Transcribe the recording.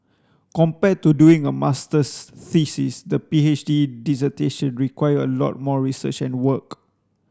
compared to doing a masters thesis the P H D dissertation required a lot more research and work